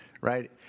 right